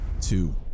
two